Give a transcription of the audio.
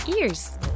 ears